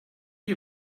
you